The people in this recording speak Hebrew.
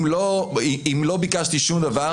אם לא ביקשתי שום דבר,